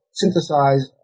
synthesize